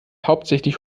hauptsächlich